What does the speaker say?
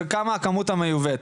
וכמה הכמות המיובאת.